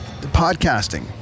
podcasting